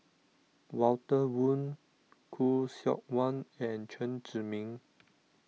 Walter Woon Khoo Seok Wan and Chen Zhiming